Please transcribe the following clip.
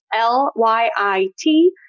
L-Y-I-T